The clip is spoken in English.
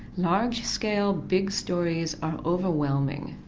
large scale, big stories are overwhelming,